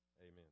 Amen